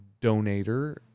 donator